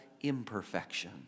imperfection